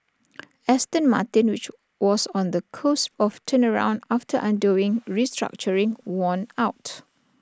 Aston Martin which was on the cusp of turnaround after undergoing restructuring won out